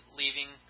leaving